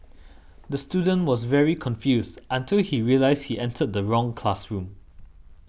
the student was very confused until he realised he entered the wrong classroom